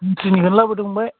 धोनसिरिनिखौनो लाबोदो फंबाय